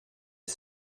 est